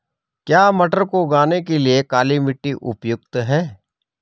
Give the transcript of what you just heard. क्या मटर को उगाने के लिए काली मिट्टी उपयुक्त है?